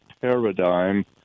paradigm